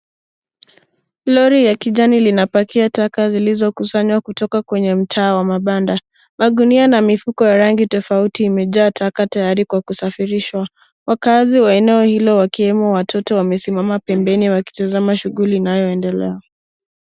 Lori la kijani linapakia taka zilizokusanywa kutoka kwenye mtaa wa mabanda. Magunia na mifuko ya rangi tofauti imejaa taka tayari kwa kusafirishwa. Waakazi wa eneo hilo, wakiemo watoto wamesimama pembeni wakitazama shuguli inayoendelea.